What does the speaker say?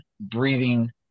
breathing